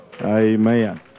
Amen